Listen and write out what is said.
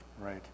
right